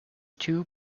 two